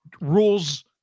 Rule's